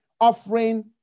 offering